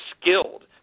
skilled